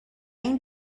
این